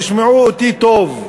תשמעו אותי טוב.